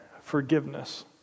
forgiveness